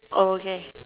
oh okay